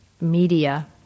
media